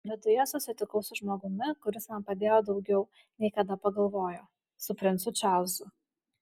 viduje susitikau su žmogumi kuris man padėjo daugiau nei kada pagalvojo su princu čarlzu